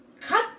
cut